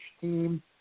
team